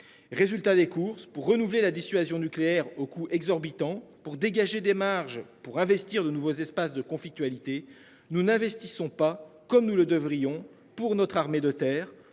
Résultat des courses pour renouveler la dissuasion nucléaire au coût exorbitant pour dégager des marges pour investir de nouveaux espaces de conflictualité nous n'investissons pas comme nous le devrions pour notre armée de terre